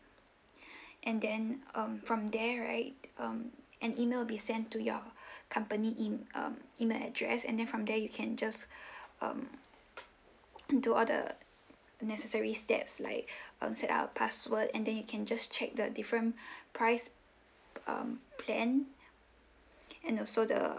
and then um from there right um an email will be sent to your company em~ um email address and then from there you can just um do all the necessary steps like um set up password and then you can just check the different price um plan and also the